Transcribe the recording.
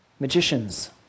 magicians